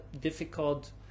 difficult